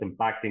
impacting